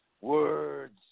words